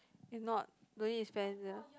if not don't need spend the